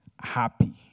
happy